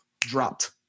dropped